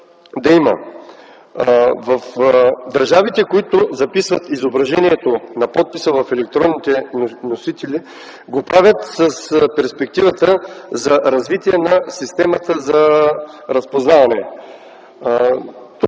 да има. В държавите, които записват изображението на подписа в електронните носители, го правят с перспективата за развитие на системата за разпознаване. Тук